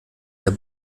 der